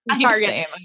Target